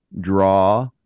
draw